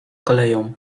koleją